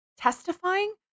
testifying